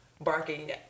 barking